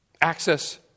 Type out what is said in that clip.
Access